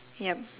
ya